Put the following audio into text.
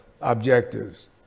objectives